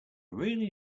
really